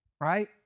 right